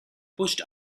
pushed